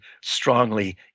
strongly